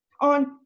on